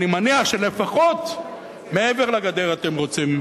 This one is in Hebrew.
אני מניח שלפחות מעבר לגדר אתם רוצים